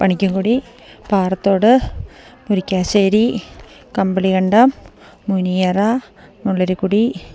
Panikkankudi Parathodu Murickassery Kambilikandam Muniyara Mullarikkudy